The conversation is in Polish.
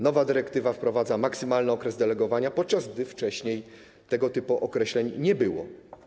Nowa dyrektywa wprowadza maksymalny okres delegowania, podczas gdy wcześniej tego typu określeń nie było.